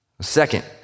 Second